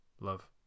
love